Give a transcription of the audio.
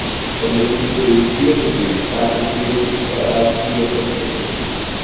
policininkui pielikiui teko kviestis per raciją pastiprinimą